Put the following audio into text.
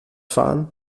fahren